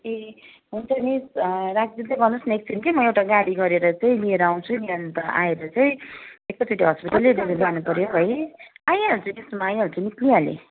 ए हुन्छ मिस राखिदिँदै गर्नुहोस् न एकछिन कि म एउटा गाडी गरेर चाहिँ लिएर आउँछु नि अन्त आएर चाहिँ एकैचोटि हस्पिटलै जाऊँ जानुपऱ्यो है आइहाल्छु मिस म आइहल्छु निस्किहालेँ